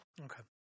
Okay